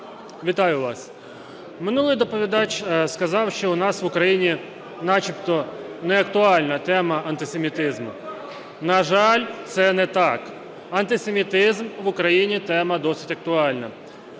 Вітаю вас! Минулий доповідач сказав, що у нас в Україні начебто неактуальна тема антисемітизму. На жаль, це не так. Антисемітизм в Україні – тема досить актуальна.